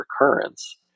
recurrence